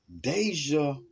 Deja